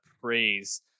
praise